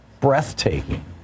breathtaking